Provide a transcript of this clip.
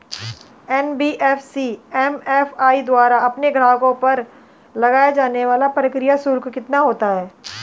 NBFC MFI द्वारा अपने ग्राहकों पर लगाए जाने वाला प्रक्रिया शुल्क कितना होता है?